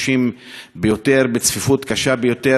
לתקוף פיזית חיילים לובשי מדים,